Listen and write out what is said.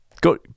Go